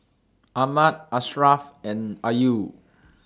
Ahmad Ashraff and Ayu